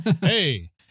hey